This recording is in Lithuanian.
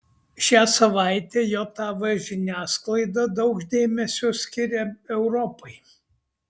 šią savaitę jav žiniasklaida daug dėmesio skiria europai